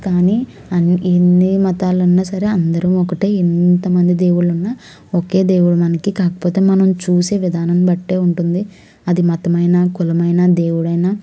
కానీ అన్ని ఎన్ని మతాలున్నా సరే అందరూ ఒకటే ఎంతమంది దేవుళ్ళు ఉన్నా ఒకే దేవుడు మనకి కాకపోతే మనం చూసే విధానం బట్టే ఉంటుంది అది మతమైనా కులమైన దేవుడైన